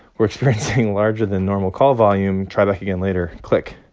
we're experiencing larger than normal call volume. try back again later. click